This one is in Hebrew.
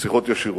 לשיחות ישירות.